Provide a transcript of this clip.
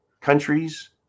countries